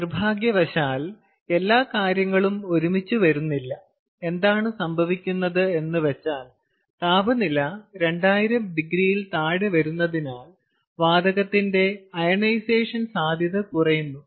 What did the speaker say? നിർഭാഗ്യവശാൽ എല്ലാ നല്ല കാര്യങ്ങളും ഒരുമിച്ച് വരുന്നില്ല എന്താണ് സംഭവിക്കുന്നത് എന്ന് വച്ചാൽ താപനില 2000 ഡിഗ്രിയിൽ താഴെ വരുന്നതിനാൽ വാതകത്തിന്റെ അയോണൈസേഷൻ സാധ്യത കുറയുന്നു